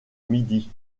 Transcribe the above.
midi